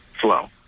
flow